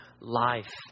life